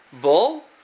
Bull